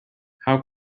how